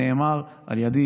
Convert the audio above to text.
זה נאמר על ידי,